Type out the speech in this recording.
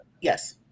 yes